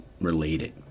related